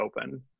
open